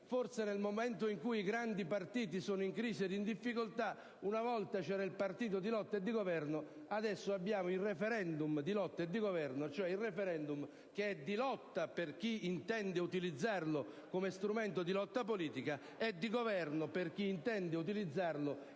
forse nel momento in cui i grandi partiti sono in crisi e in difficoltà: una volta c'era il partito di lotta e di governo, adesso abbiamo il *referendum* di lotta e di governo, cioè il *referendum* che è di lotta per chi intende utilizzarlo come strumento di lotta politica e di governo per chi intende utilizzarlo